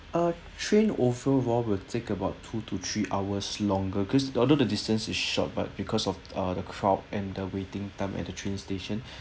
uh train overall will take about two to three hours longer cause although the distance is short but because of uh the crowd and the waiting time at the train station